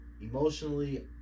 Emotionally